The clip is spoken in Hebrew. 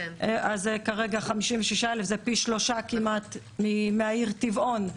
אז כרגע 56,000 זה פי שלושה כמעט מהעיר טבעון.